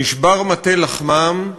נשבר מטה לחמם,